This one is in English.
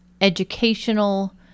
educational